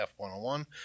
F101